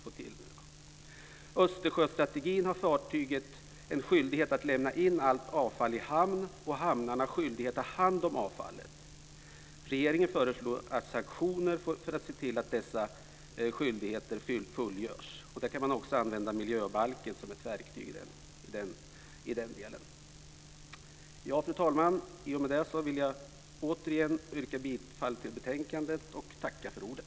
Genom den s.k. Östersjöstrategin har fartyg en skyldighet att lämna in allt avfall i hamn, och hamnarna har skyldighet att ta hand om avfallet. Regeringen föreslår sanktioner för att se till att dessa skyldigheter fullgörs. I den delen kan man också använda miljöbalken som ett verktyg. Fru talman! I och med detta vill jag återigen yrka bifall till förslaget i betänkandet.